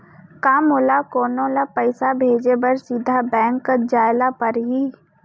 का मोला कोनो ल पइसा भेजे बर सीधा बैंक जाय ला परही?